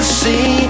see